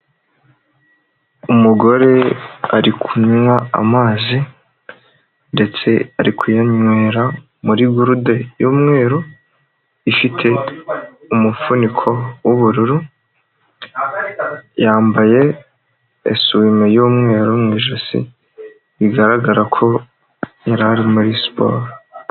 Umugore ari kunywa amazi ndetse ari kuyanywera muri gurude yu'mweru ifite umufuniko w'ubururu, yambaye esume y'umweru mu ijosi bigaragara ko yari ari muri siporo.